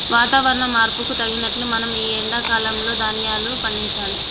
వాతవరణ మార్పుకు తగినట్లు మనం ఈ ఎండా కాలం లో ధ్యాన్యాలు పండించాలి